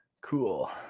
Cool